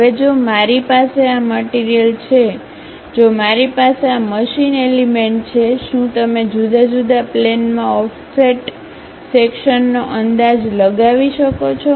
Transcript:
હવે જો મારી પાસે આ મટીરીયલ છે જો મારી પાસે આ મશીન એલિમેન્ટ છે શું તમે જુદા જુદા પ્લેનમાં ઓફસેટ સેક્શન્નો અંદાજ લગાવી શકો છો